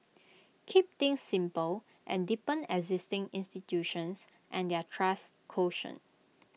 keep things simple and deepen existing institutions and their trust quotient